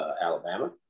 Alabama